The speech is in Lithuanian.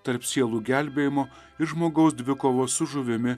tarp sielų gelbėjimo ir žmogaus dvikovos su žuvimi